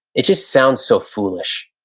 it just sounds so foolish.